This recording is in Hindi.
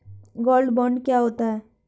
गोल्ड बॉन्ड क्या होता है?